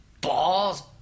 balls